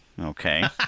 Okay